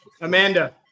Amanda